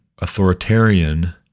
authoritarian